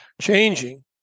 changing